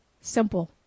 simple